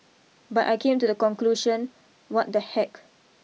but I came to the conclusion what the heck